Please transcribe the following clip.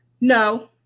No